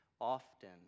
often